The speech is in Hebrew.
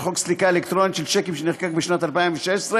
חוק סליקה אלקטרונית של שיקים שנחקק בשנת 2016,